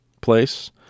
place